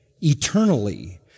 eternally